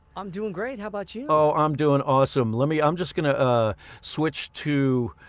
i'm doing great, how about you? oh i'm doing awesome. let me i'm just gonna ah switch to.